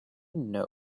know